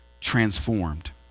transformed